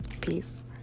Peace